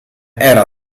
era